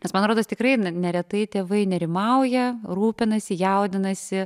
nes man rodos tikrai neretai tėvai nerimauja rūpinasi jaudinasi